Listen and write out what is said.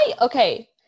Okay